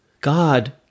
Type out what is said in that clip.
God